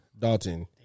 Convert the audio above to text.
Dalton